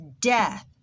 death